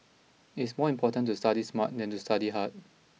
it's more important to study smart than to study hard